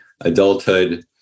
adulthood